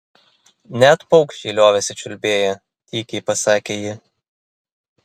net paukščiai liovėsi čiulbėję tykiai pasakė ji